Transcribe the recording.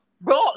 bro